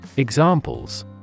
Examples